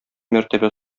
мәртәбә